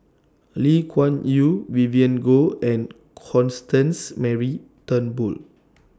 Lee Kuan Yew Vivien Goh and Constance Mary Turnbull